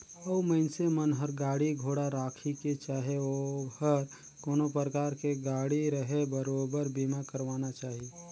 अउ मइनसे मन हर गाड़ी घोड़ा राखिसे चाहे ओहर कोनो परकार के गाड़ी रहें बरोबर बीमा करवाना चाही